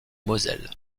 moselle